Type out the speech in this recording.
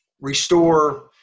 restore